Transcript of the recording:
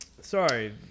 sorry